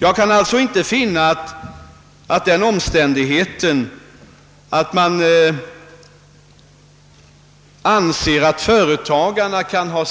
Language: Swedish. Jag kan alltså inte finna att det problem som företagarna kan ha